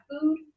food